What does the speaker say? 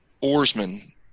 oarsman